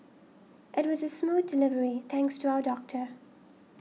it was a smooth delivery thanks to our doctor